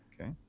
Okay